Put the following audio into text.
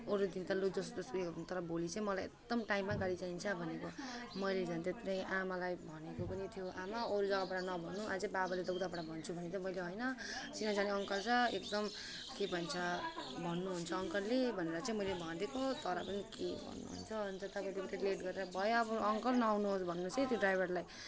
अरू दिन त लु जस्तोसुकै गर्नु तर भोलि चाहिँ मलाई एकदम टाइममा गाडी चाहिन्छ भनेको मैले झन् त्यत्रै आमालाई भनेको पनि थियो आमा अरू जग्गाबाट नभन्नु अझै बाबाले त उताबाट भन्छु भनेको थियो मैले होइन चिनाजानी अङ्कल छ एकदम के भन्छ भन्नुहुन्छ अङ्कलले भनेर चाहिँ मैले भनिदिएको तर पनि के गर्नुहुन्छ गर्नुहुन्छ तपाईँको ड्राइभर लेट गरेर भयो अब अङ्कल नआउनुहोस् भन्नुहोस् है त्यो ड्राइभरलाई